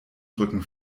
rücken